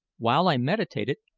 while i meditated,